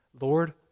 Lord